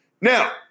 Now